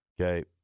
Okay